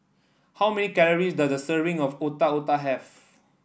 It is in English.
how many calories does a serving of Otak Otak have